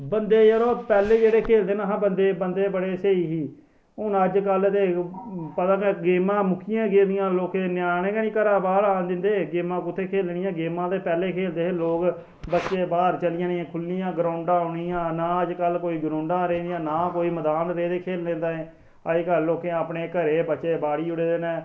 बंदे जरो पैहले जेहडे़ खेलदे हे ना ओह् बंदे बडे़ स्हेई हे हून अजकल दे पता गै है गेमां मुक्की गेदियां लोकें दे न्याने गै नी घरा बाहर आन दिंदे गेमां कुत्थै खेलनियां गेमां ते पैहले खेलदे हे लोक बच्चे बाहर चली जाना खुललियां ग्राउंडा होनियां ना अजकल कोई ग्रांउडा ना कोई मैदान रेह् दे खेलने तांई अजकल लोकें अपने घरे च बच्चे बाड़ी ओड़े दे अपने